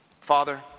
Father